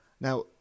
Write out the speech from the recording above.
Now